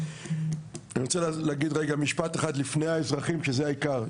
אני רוצה להגיד רגע משפט אחד לפני האזרחים שזה העיקר.